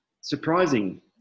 surprising